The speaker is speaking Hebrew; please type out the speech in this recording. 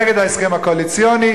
נגד ההסכם הקואליציוני,